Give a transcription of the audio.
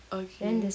ookay